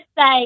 say